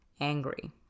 angry